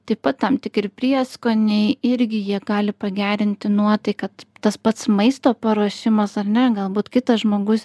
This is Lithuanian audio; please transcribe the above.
taip pat tam tikri prieskoniai irgi jie gali pagerinti nuotaiką tas pats maisto paruošimas ar ne galbūt kitas žmogus